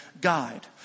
guide